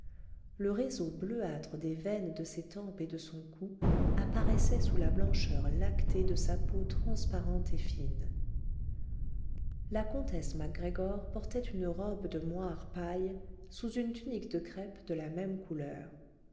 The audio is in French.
le réseau bleuâtre des veines de ses tempes et de son cou apparaissait sous la blancheur lactée de sa peau transparente et fine la comtesse mac gregor portait une robe de moire paille sous une tunique de crêpe de la même couleur